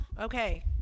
Okay